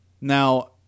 Now